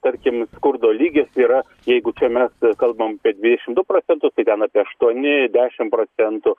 tarkim skurdo lygis yra jeigu čia mes kalbam apie dvidešimt du procentus tai ten apie aštuoni dešimt procentų